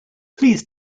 please